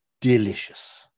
Delicious